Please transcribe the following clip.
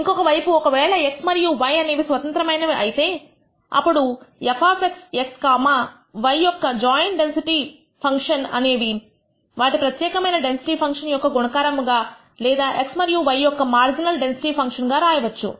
ఇంకొక వైపు ఒకవేళ x మరియు y అనేవి స్వతంత్ర మైనవి అయితే అప్పుడు f x కామా y యొక్క జాయింట్ డెన్సిటీ ఫంక్షన్ అనేది వాటి ప్రత్యేకమైన డెన్సిటీ ఫంక్షన్స్ యొక్క గుణకారం గా లేదా x మరియుy యొక్క మార్జినల్ డెన్సిటీ ఫంక్షన్ గా రాయవచ్చు